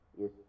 yes